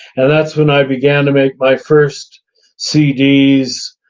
and that's when i began to make my first cds,